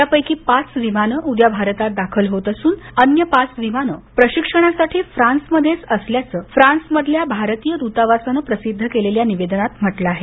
त्यापैकी पाच विमानं उद्या भारतात दाखल होत असून अन्य पाच विमानं प्रशिक्षणासाठी फ्रान्समध्येच असल्याचं फ्रान्समधील भारतीय दूतावासानं प्रसिद्ध केलेल्या निवेदनात म्हटलं आहे